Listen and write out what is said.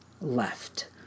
left